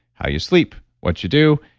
how you sleep, what you do,